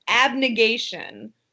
Abnegation